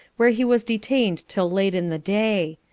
where he was detained till late in the day.